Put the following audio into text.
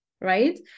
right